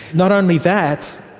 not only that,